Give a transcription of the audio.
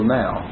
now